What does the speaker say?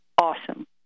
awesome